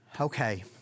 Okay